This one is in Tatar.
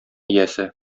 иясе